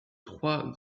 trois